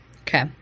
Okay